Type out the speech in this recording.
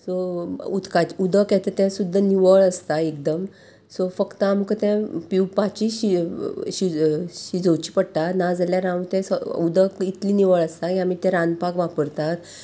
so उदकाचें उदक येता तें सुद्दां निवळ आसता एकदम सो फक्त आमकां तें पिवपाची शि शिजोवची पडटा नाजाल्यार हांव तें उदक इतलीं निवळ आसता की आमी तें रांदपाक वापरतात